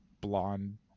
blonde